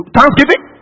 Thanksgiving